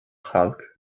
chailc